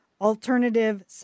Alternative